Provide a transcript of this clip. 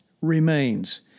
remains